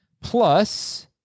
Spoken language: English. plus